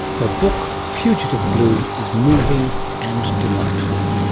her book fugitive blue is moving and delightful.